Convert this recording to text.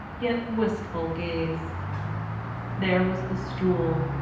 yet wistful gaze there was the stool,